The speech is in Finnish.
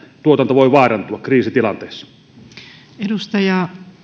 tuotanto voi vaarantua kriisitilanteessa